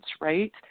right